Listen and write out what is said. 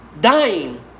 dying